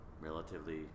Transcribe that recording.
relatively